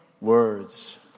words